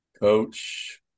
Coach